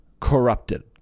corrupted